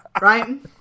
Right